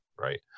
right